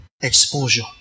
exposure